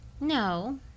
No